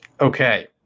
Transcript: Okay